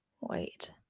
wait